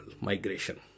Migration